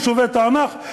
יישובי תענך,